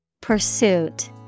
Pursuit